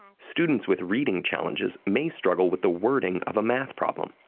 um students with reading challenges may struggle with the wording of a math problem,